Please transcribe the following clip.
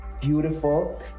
Beautiful